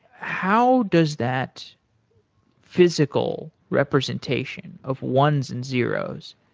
how does that physical representation of ones and zeros,